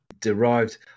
derived